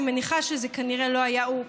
אני מניחה שזה כנראה לא היה הוא,